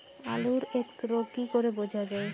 আলুর এক্সরোগ কি করে বোঝা যায়?